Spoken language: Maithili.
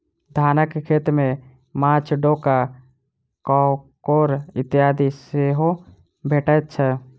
धानक खेत मे माँछ, डोका, काँकोड़ इत्यादि सेहो भेटैत छै